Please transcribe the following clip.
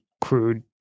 crude